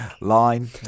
Line